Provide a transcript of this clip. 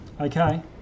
Okay